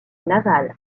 navale